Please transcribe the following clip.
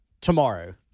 tomorrow